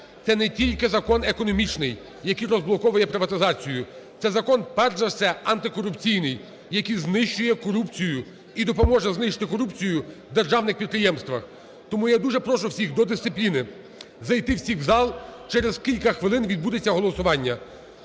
це не тільки закон економічний, який розблоковує приватизацію, це закон перш за все антикорупційний, який знищує корупцію, і допоможе знищити корупцію у державних підприємствах. Тому я дуже прошу вас до дисципліни, зайти всіх у зал, через кілька хвилин відбудеться голосування.